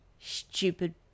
Stupid